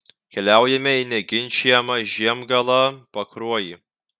keliaujame į neginčijamą žiemgalą pakruojį